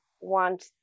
want